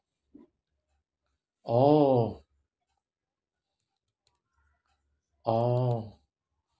oh oh